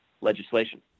legislation